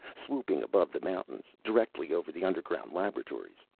swooping above the mountains, directly over the underground laboratories.